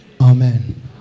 Amen